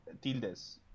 tildes